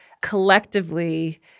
collectively